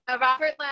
Robert